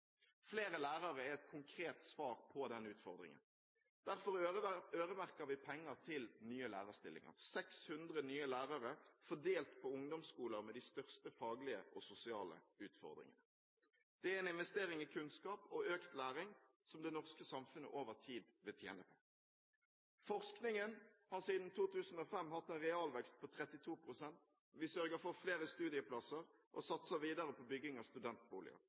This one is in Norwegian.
Flere lærere er et konkret svar på den utfordringen. Derfor øremerker vi penger til nye lærerstillinger: 600 nye lærere fordelt på ungdomsskoler med det største faglige og sosiale utfordringene. Det er en investering i kunnskap og økt læring som det norske samfunnet over tid vil tjene på. Forskningen har siden 2005 hatt en realvekst på 32 pst. Vi sørger for flere studieplasser og satser videre på bygging av studentboliger.